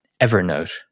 Evernote